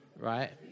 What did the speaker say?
Right